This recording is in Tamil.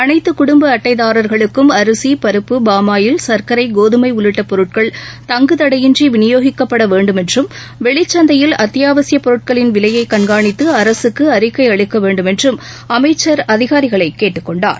அனைத்து குடும்ப அட்டைதாரர்களுக்கும் அரிசி பருப்பு பாமாயில் சர்க்கரை கோதுமை உள்ளிட்ட பொருட்கள் தங்குதடையின்றி விநியோகிக்கப்பட வேண்டும் என்றும் வெளிச் சந்தையில் அத்தியாவசியப் பொருட்களின் விலையை கண்காணித்து அரகக்கு அறிக்கை அளிக்க வேண்டும் என்றும் அமைச்சர் அதிகாரிகளை கேட்டுக்கொண்டார்